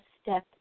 Step